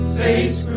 Space